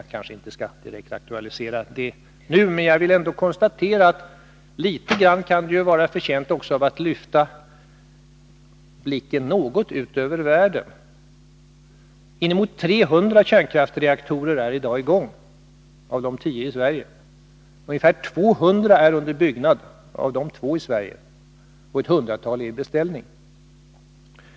Jag skall inte direkt aktualisera det nu, men jag konstaterar att frågan är värd att man lyfter blicken något ut över världen. Inemot 300 kärnkraftsreaktorer är i dag i gång, av dem tio i Sverige. Ungefär 200 är under byggnad, av dem två i Sverige, och ett hundratal har beställts.